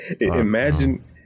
imagine